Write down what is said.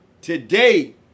today